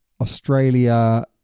Australia